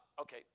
Okay